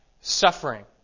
suffering